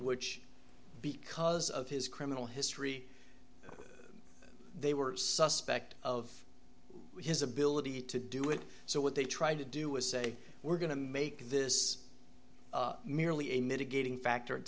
which because of his criminal history they were suspect of his ability to do it so what they tried to do is say we're going to make this merely a mitigating factor